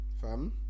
fam